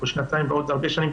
שנתיים ובעוד הרבה שנים,